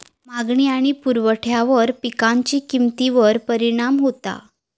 मागणी आणि पुरवठ्यावर पिकांच्या किमतीवर परिणाम होता